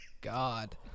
God